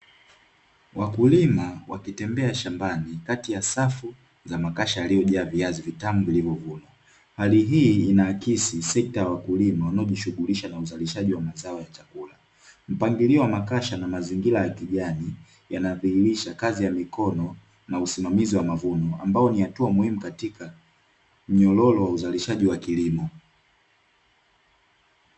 Wakulima wakitembea shambani kati ya safu za makasha yaliyojaa viazi vitamu vilivyovunwa. Hali hii inaakisi sekta ya wakulima wanaojishughulisha na uzalishaji wa mazao ya chakula. Mpangilio wa makasha na mazingira ya kijani yanadhihirisha kazi ya mikono na usimamizi wa mavuno ambao ni hatua muhimu katika mnyororo wa uzalishaji wa kilimo.